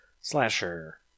Slasher